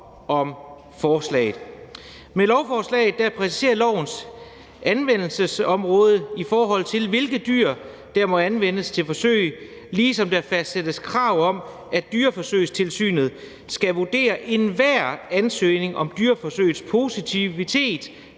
om forslaget. Med lovforslaget præciseres lovens anvendelsesområde, i forhold til hvilke dyr der må anvendes til forsøg, ligesom der fastsættes krav om, at Dyreforsøgstilsynet skal vurdere enhver ansøgning om dyreforsøgs positivitet,